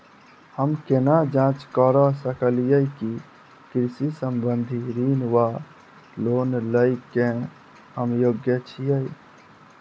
हम केना जाँच करऽ सकलिये की कृषि संबंधी ऋण वा लोन लय केँ हम योग्य छीयै?